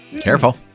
careful